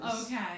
Okay